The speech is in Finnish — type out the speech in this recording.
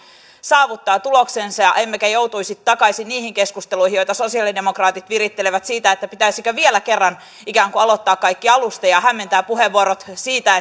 saavuttaa tuloksensa emmekä joutuisi takaisin niihin keskusteluihin joita sosialidemokraatit virittelevät siitä pitäisikö vielä kerran ikään kuin aloittaa kaikki alusta minua hämmentävät puheenvuorot siitä